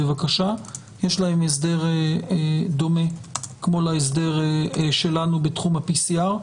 בבקשה - יש להן הסדר דומה כמו להסדר שלנו בתחום ה-PCR.